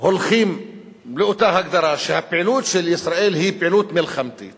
הולכים לאותה הגדרה שהפעילות של ישראל היא פעילות מלחמתית